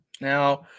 Now